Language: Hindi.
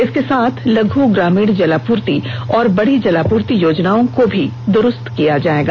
इसके साथ लघ ग्रामीण जलापूर्ति और बड़ी जलापूर्ति योजनाओं को भी द्रूस्त किया जायेगा